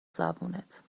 زبونت